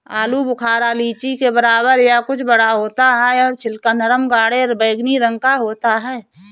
आलू बुखारा लीची के बराबर या कुछ बड़ा होता है और छिलका नरम गाढ़े बैंगनी रंग का होता है